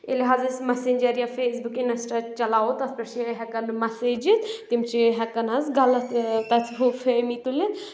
ییٚلہِ حظ أسۍ میسنٛجر یا فیس بُک اِنَسٹا چلاوو تَتھ پؠٹھ چھِ ہؠکان مسیجِتھ تِم چھِ ہؠکان حظ غلط تَتھ ہُہ فٲیمی تُلِتھ